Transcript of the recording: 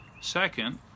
Second